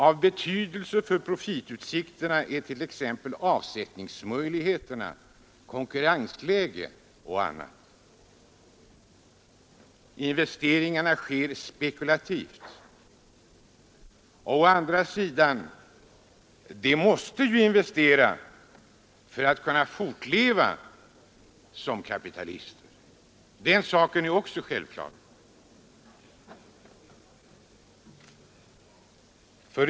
Av betydelse för profitutsikterna är avsättningsmöjligheterna, konkurrensläget osv. Investeringarna sker spekulativt, men å andra sidan: kapitalägarna måste investera för att fortleva som kapitalister. Den saken är också självklar.